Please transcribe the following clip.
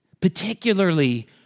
particularly